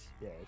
Yes